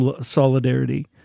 solidarity